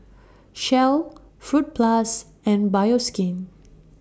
Shell Fruit Plus and Bioskin